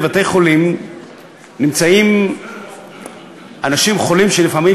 שבבתי-חולים נמצאים אנשים חולים שלפעמים